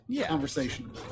conversation